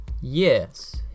Yes